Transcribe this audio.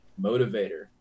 motivator